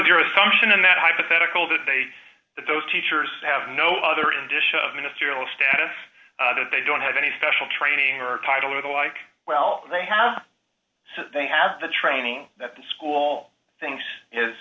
with your assumption in that hypothetical that they that those teachers have no other condition of ministerial status that they don't have any special training or title or the like well they have so they have the training that the school things is